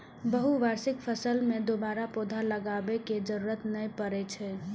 बहुवार्षिक फसल मे दोबारा पौधा लगाबै के जरूरत नै पड़ै छै